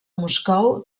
moscou